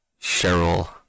Cheryl